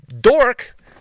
dork